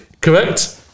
Correct